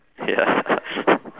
ya